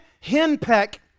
henpeck